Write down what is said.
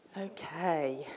Okay